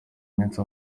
iminsi